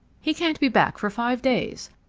he can't be back for five days.